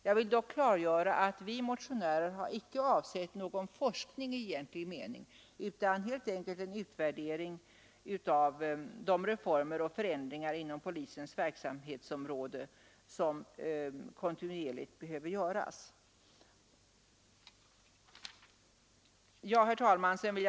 Jag vill dock klargöra att vi motionärer icke har avsett någon forskning i egentlig mening utan helt enkelt en utvärdering av de reformer och förändringar inom polisens verksamhets område som kontinuerligt behöver göras. Nr 75 Herr talman!